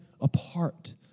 apart